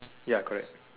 ya correct